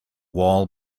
wall